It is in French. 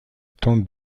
tente